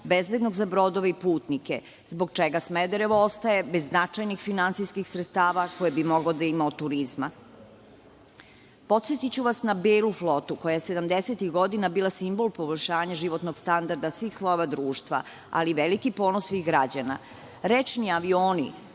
bezbednog za brodove i putnike, zbog čega Smederevo ostaje bez značajnih finansijskih sredstava koje bi moglo da ima od turizma. Podsetiću vas na belu flotu koja je sedamdesetih godina bila simbol poboljšanja životnog standarda svih slojeva društva ali veliki ponos svih građana. Rečni avioni